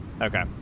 Okay